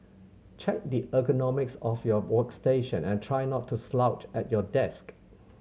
check the ergonomics of your workstation and try not to slouch at your desk